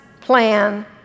plan